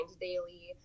daily